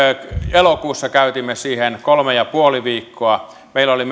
elokuussa käytimme siihen kolme ja puoli viikkoa meillä oli